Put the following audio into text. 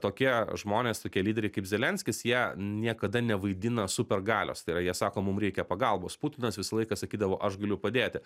tokie žmonės tokie lyderiai kaip zelenskis jie niekada nevaidina supergalios tai yra jie sako mum reikia pagalbos putinas visą laiką sakydavo aš galiu padėti